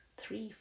three